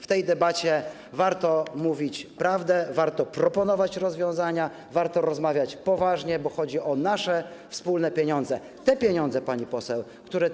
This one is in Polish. W tej debacie warto mówić prawdę, warto proponować rozwiązania, warto rozmawiać poważnie, bo chodzi o nasze wspólne pieniądze, te pieniądze, pani poseł, które